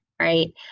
right